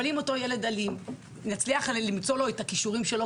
אם נצליח לפתח את הכישורים של הילד האלים,